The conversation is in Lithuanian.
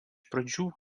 pradžių